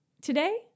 today